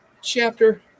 chapter